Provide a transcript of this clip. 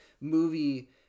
movie